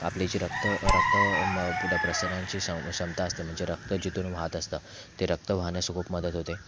आपले जे रक्त रक्त म प्रसरणाची श क्षमता असते म्हणजे रक्त जिथून वहात असतं ते रक्त वाहण्यास खूप मदत होते